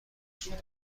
شده